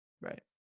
Right